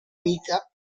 vita